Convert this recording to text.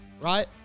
right